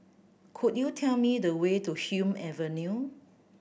could you tell me the way to Hume Avenue